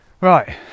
Right